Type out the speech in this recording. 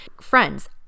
Friends